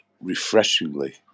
refreshingly